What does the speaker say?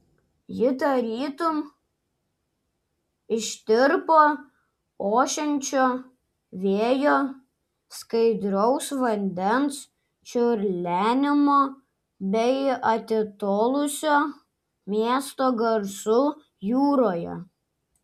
ji tarytum ištirpo ošiančio vėjo skaidraus vandens čiurlenimo bei atitolusio miesto garsų jūroje